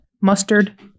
mustard